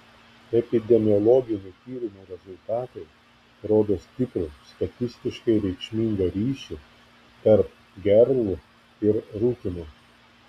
epidemiologinių tyrimų rezultatai rodo stiprų statistiškai reikšmingą ryšį tarp gerl ir rūkymo